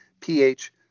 pH